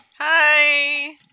Hi